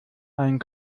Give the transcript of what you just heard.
ein